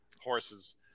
horses